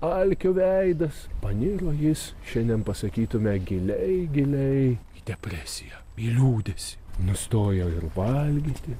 alkio veidas paniro jis šiandien pasakytume giliai giliai į depresiją į liūdesį nustojo ir valgyti